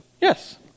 yes